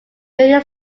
during